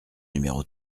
numéro